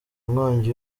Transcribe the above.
nkongi